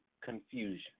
confusion